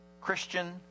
Christian